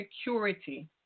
security